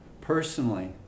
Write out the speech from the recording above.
personally